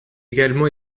également